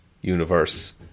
universe